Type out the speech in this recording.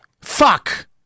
Fuck